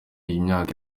imyaka